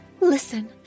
Listen